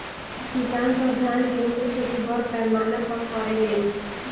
किसान सब धान गेहूं के खेती बड़ पैमाना पर करे लेन